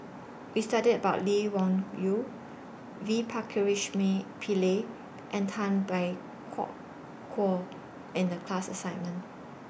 We studied about Lee Wung Yew V Pakirisamy Pillai and Tay Bak Koi in The class assignment